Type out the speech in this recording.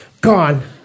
gone